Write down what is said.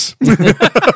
Yes